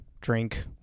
drink